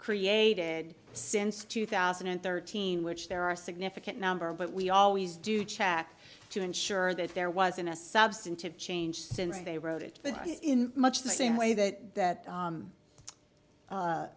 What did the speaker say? created since two thousand and thirteen which there are significant number but we always do check to ensure that there wasn't a substantive change since they wrote it in much the same way that